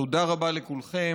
תודה רבה לכולכם.